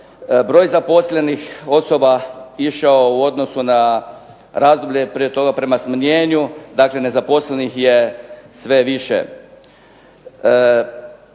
broj zaposlenih osoba išao u odnosu na razdoblje prije toga prema smanjenju. Dakle, nezaposlenih je sve više.